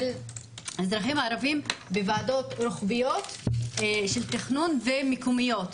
האזרחים הערביים בוועדות רוחביות של תכנון ומקומיות,